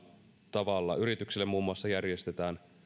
tavalla yrityksille muun muassa järjestetään